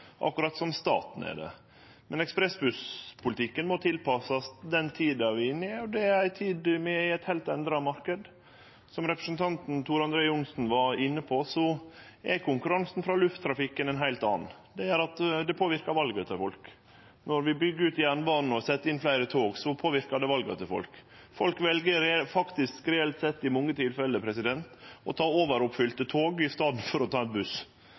som staten er det, men ekspressbusspolitikken må tilpassast den tida vi er inne i, og det er ei tid med ein heilt endra marknad. Som representanten Tor André Johnsen var inne på, er konkurransen frå lufttrafikken ein heilt annan. Det påverkar valet til folk. Når vi byggjer ut jernbanen og set inn fleire tog, påverkar det vala til folk. Folk vel faktisk reelt sett i mange tilfelle å ta overfylte tog i staden for å ta ein buss.